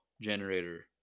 generator